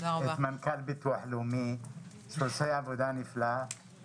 את מנכ"ל ביטוח לאומי שעושה עבודה נפלאה.